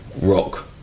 rock